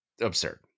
absurd